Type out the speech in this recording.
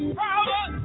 power